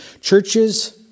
Churches